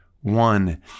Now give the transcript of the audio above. one